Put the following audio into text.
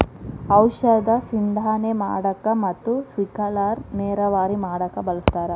ಔಷದ ಸಿಂಡಣೆ ಮಾಡಾಕ ಮತ್ತ ಸ್ಪಿಂಕಲರ್ ನೇರಾವರಿ ಮಾಡಾಕ ಬಳಸ್ತಾರ